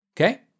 Okay